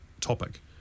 topic